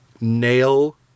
nail